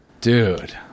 Dude